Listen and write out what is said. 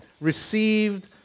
received